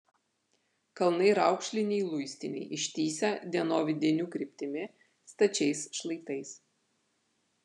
kalnai raukšliniai luistiniai ištįsę dienovidinių kryptimi stačiais šlaitais